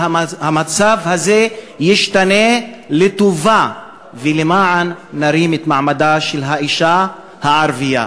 כדי שהמצב הזה ישתנה לטובה ולמען נרים את מעמדה של האישה הערבייה.